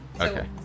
Okay